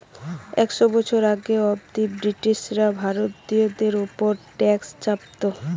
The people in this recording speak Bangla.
একশ বছর আগে অব্দি ব্রিটিশরা ভারতীয়দের উপর ট্যাক্স চাপতো